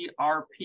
ERP